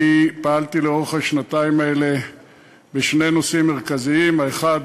אני פעלתי לאורך השנתיים האלה בשני נושאים מרכזיים: האחד,